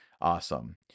Awesome